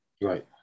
right